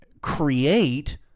create